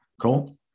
Cool